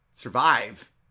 survive